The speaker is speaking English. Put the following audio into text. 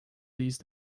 these